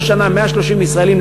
כל שנה 130 ישראלים,